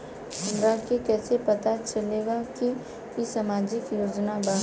हमरा के कइसे पता चलेगा की इ सामाजिक योजना बा?